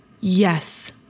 yes